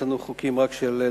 יש לנו רק חוקים של נחת.